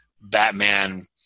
Batman –